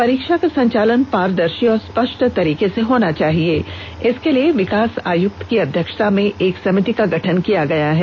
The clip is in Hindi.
परीक्षा का संचालन पारदर्शी और स्पष्ट तरीके से होना चाहिए इसके लिए विकास आयुक्त की अध्यक्षता में एक समिति का गठन किया गया है